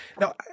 Now